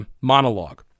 monologue